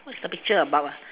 what's the picture about ah